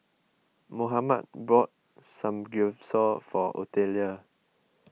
Mohammed bought Samgyeopsal for Otelia